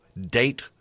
date